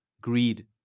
greed